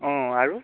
অঁ আৰু